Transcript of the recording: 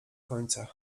końca